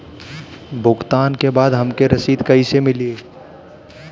भुगतान के बाद हमके रसीद कईसे मिली?